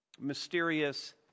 mysterious